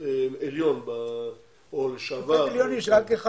בית המשפט העליון או שופט בדימוס.